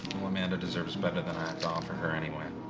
well amanda deserves better than i thought for her anyway,